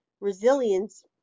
resilience